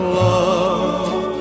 love